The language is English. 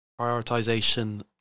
Prioritization